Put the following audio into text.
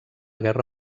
guerra